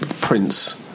Prince